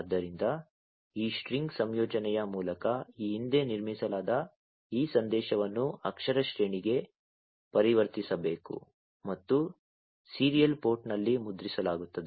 ಆದ್ದರಿಂದ ಈ ಸ್ಟ್ರಿಂಗ್ ಸಂಯೋಜನೆಯ ಮೂಲಕ ಈ ಹಿಂದೆ ನಿರ್ಮಿಸಲಾದ ಈ ಸಂದೇಶವನ್ನು ಅಕ್ಷರ ಶ್ರೇಣಿಗೆ ಪರಿವರ್ತಿಸಬೇಕು ಮತ್ತು ಸೀರಿಯಲ್ ಪೋರ್ಟ್ನಲ್ಲಿ ಮುದ್ರಿಸಲಾಗುತ್ತದೆ